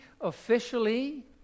officially